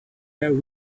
air